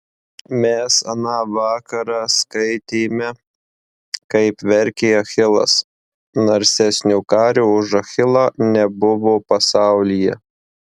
mes aną vakarą skaitėme kaip verkė achilas narsesnio kario už achilą nebuvo pasaulyje